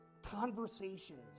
conversations